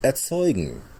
erzeugen